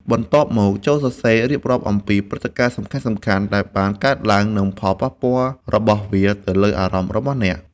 បន្ទាប់មក ចូលសរសេររៀបរាប់អំពីព្រឹត្តិការណ៍សំខាន់ៗដែលបានកើតឡើង និងផលប៉ះពាល់របស់វាទៅលើអារម្មណ៍របស់អ្នក។